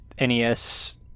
NES